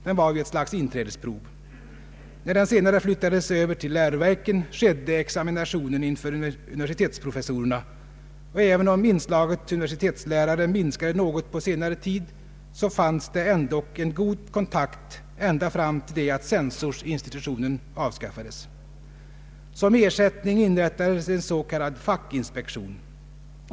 Den var ett slags inträdesprov. När den senare flyttades till läroverken skedde examinationen inför universitetsprofessorer, och även om inslaget universitetslärare minskades något på senare tid så fanns det ändå god kontakt ända fram till det att censorsinstitutionen avskaffades. Som ersättning inrättades en s.k. fack inspektion.